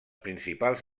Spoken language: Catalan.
principals